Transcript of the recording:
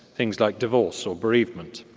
things like divorce or bereavement.